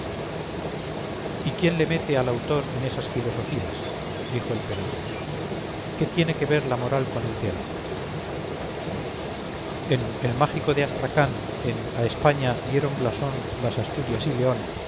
y quién le mete al autor en esas filosofías dijo el pedante qué tiene que ver la moral con el teatro en el mágico de astracán en a españa dieron blasón las asturias y león